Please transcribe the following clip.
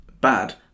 bad